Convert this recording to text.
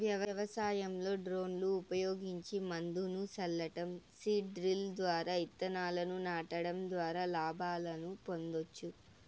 వ్యవసాయంలో డ్రోన్లు ఉపయోగించి మందును సల్లటం, సీడ్ డ్రిల్ ద్వారా ఇత్తనాలను నాటడం ద్వారా లాభాలను పొందొచ్చు